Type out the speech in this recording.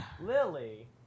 Lily